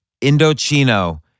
Indochino